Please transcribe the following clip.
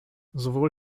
sowohl